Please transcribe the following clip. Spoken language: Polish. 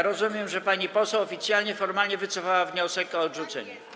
Rozumiem, że pani poseł oficjalnie, formalnie wycofała wniosek o odrzucenie, tak?